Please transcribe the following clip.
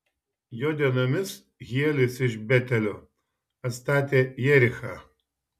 jo dienomis hielis iš betelio atstatė jerichą